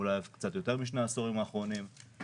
אולי קצת יותר משני העשורים האחרונים,